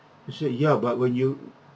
I say ya but when you